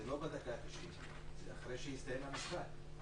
זה לא בדקה ה-90, זה אחרי שהסתיים המשחק.